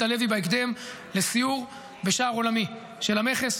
הלוי בהקדם לסיור בשער עולמי של המכס,